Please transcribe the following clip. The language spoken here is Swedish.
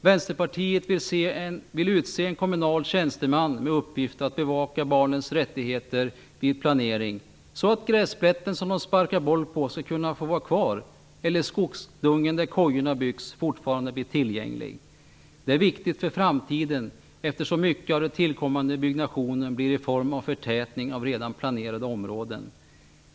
Vänsterpartiet vill utse en kommunal tjänsteman med uppgift att bevaka barnens rättigheter vid planering, så att gräsplätten som de sparkar boll på skall kunna få vara kvar eller för att skogsdungen där kojorna byggs fortfarande skall vara tillgänglig. Det är viktigt inför framtiden, eftersom mycket av tillkommande byggnation blir i form av förtätning av redan planerade områden.